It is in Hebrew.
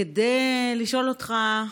כדי לשאול אותך: